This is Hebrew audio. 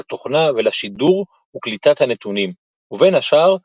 לתוכנה ולשידור וקליטת הנתונים, ובין השאר,